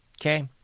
Okay